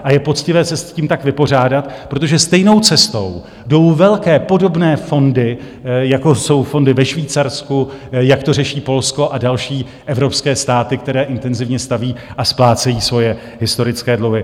A je poctivé se s tím tak vypořádat, protože stejnou cestou jdou velké podobné fondy, jako jsou fondy ve Švýcarsku, jak to řeší Polsko a další evropské státy, které intenzivně staví a splácejí svoje historické dluhy.